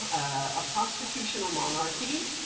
a constitutional monarchy,